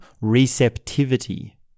receptivity